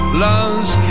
loves